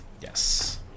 Yes